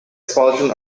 expulsion